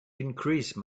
increase